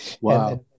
Wow